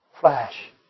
Flash